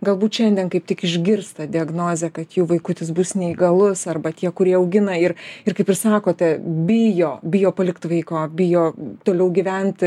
galbūt šiandien kaip tik išgirs tą diagnozę kad jų vaikutis bus neįgalus arba tie kurie augina ir ir kaip ir sakote bijo bijo palikti vaiko bijo toliau gyventi